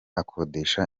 akodesha